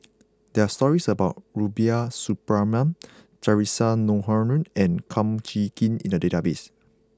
there are stories about Rubiah Suparman Theresa Noronha and Kum Chee Kin in the database